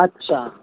अछा